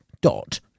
dot